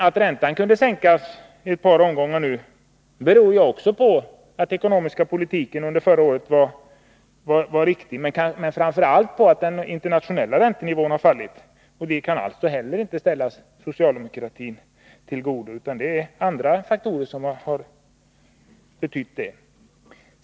Att räntan kunde sänkas i ett par omgångar berodde också på att den ekonomiska politiken under förra året var riktig men framför allt på att den internationella räntenivån sjönk. Det kan alltså inte heller skrivas socialdemokratin till godo, utan det är andra faktorer som har inverkat.